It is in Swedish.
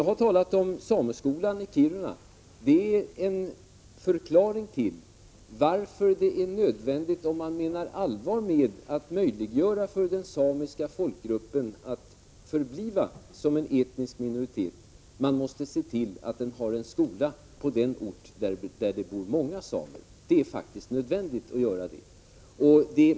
Då jag talade om sameskolan i Kiruna förklarade jag varför det är nödvändigt att man, om man menar allvar med att möjliggöra för den samiska folkgruppen att förbli en etnisk minoritet, ser till att den har en skola på den ort där det bor många samer. Det är faktiskt nödvändigt att göra det.